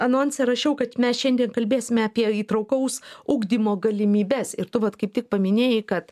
anonse rašiau kad mes šiandien kalbėsime apie įtraukaus ugdymo galimybes ir tu vat kaip tik paminėjai kad